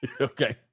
Okay